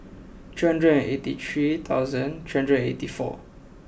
three hundred and eighty three thousand three hundred and eighty four